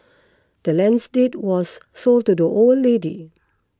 the land's deed was sold to the old lady